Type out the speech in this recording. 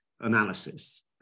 analysis